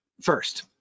First